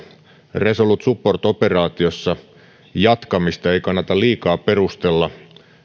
resolute support operaatiossa jatkamista ei kannata liikaa perustella